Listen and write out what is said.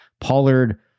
Pollard